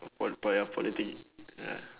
po~ politic~ ya